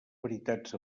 veritats